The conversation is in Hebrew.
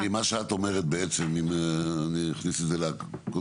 מה שאת אומרת אם אני אכניס את זה לקונטקסט